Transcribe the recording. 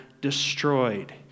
destroyed